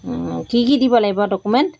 কি কি দিব লাগিব ডকুমেণ্ট